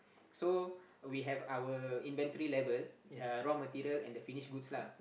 so we have our inventory level uh raw material and the finished goods lah